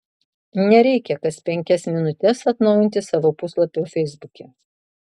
nereikia kas penkias minutes atnaujinti savo puslapio feisbuke